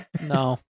no